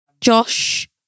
Josh